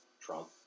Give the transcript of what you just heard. Trump